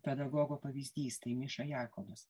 pedagogo pavyzdys tai miša jakovas